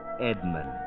Edmund